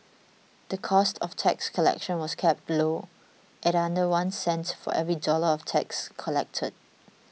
the cost of tax collection was kept low at under one cent for every dollar of tax collected